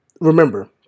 Remember